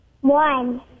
One